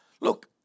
Look